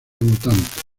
votantes